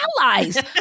allies